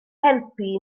helpu